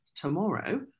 tomorrow